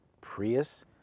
Prius